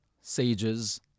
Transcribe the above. sages